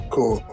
Cool